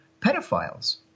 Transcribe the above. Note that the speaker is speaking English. pedophiles